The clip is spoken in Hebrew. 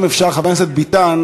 אם אפשר, חבר הכנסת ביטן,